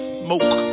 smoke